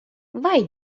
vai